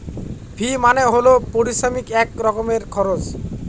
ফি মানে হল পারিশ্রমিক এক রকমের খরচ